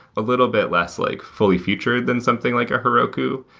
a little bit less like fully featured than something like a heroku,